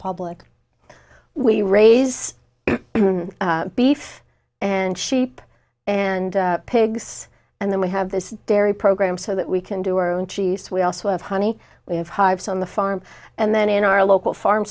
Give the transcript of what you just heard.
public we raise beef and sheep and pigs and then we have this dairy program so that we can do or own cheese we also have honey we have hives on the farm and then in our local farm